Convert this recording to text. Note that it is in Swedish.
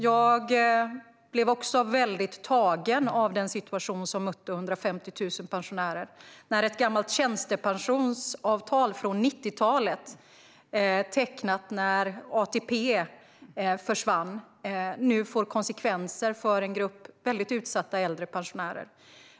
Jag blev väldigt tagen av den situation som mötte 150 000 pensionärer när det visade sig att ett gammalt tjänstepensionsavtal från 90-talet, tecknat när ATP försvann, nu får konsekvenser för en grupp utsatta äldre pensionärer.